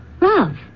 love